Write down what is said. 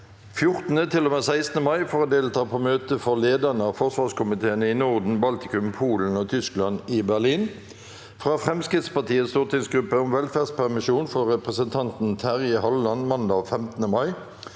14. til og med 16. mai for å delta på møte for lederne av forsvarskomiteene i Norden, Baltikum, Polen og Tyskland, i Berlin – fra Fremskrittspartiets stortingsgruppe om velferdspermisjon for representanten Terje Halleland mandag 15. mai